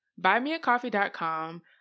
BuyMeACoffee.com